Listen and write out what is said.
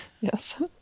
Yes